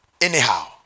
anyhow